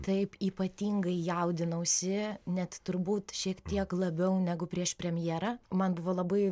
taip ypatingai jaudinausi net turbūt šiek tiek labiau negu prieš premjerą man buvo labai